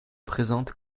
présente